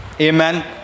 Amen